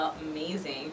amazing